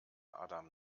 adam